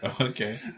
Okay